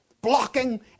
blocking